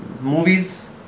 Movies